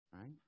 right